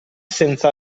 senza